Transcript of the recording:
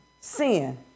Sin